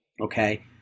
okay